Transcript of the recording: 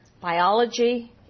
biology